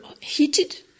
heated